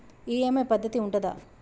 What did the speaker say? EMI పద్ధతి ఉంటదా?